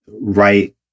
Right